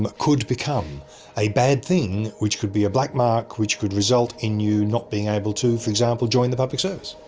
um could become a bad thing which could be a black mark, which could result in you not being able to, for example, join the public service.